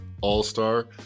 All-Star